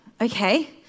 okay